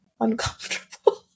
uncomfortable